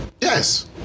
Yes